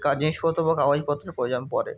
কা জিনিসপত্র বা কাগজপত্র প্রয়োজন পড়ে